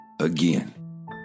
again